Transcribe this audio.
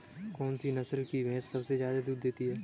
कौन सी नस्ल की भैंस सबसे ज्यादा दूध देती है?